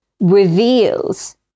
reveals